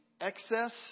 excess